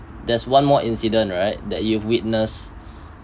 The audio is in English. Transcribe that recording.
there's one more incident right that you've witness